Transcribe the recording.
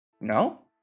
No